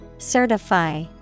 Certify